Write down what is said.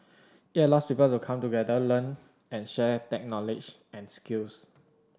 it allows people to come together learn and share tech knowledge and skills